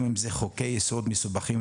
גם אם זה חוקי יסוד מסובכים,